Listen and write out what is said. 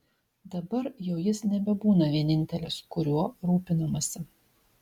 dabar jau jis nebebūna vienintelis kuriuo rūpinamasi